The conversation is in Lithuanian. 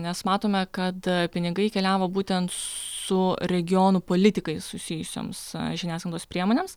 nes matome kad pinigai keliavo būtent su regionų politikais susijusioms žiniasklaidos priemonėms